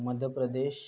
Madhya Pradesh